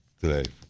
today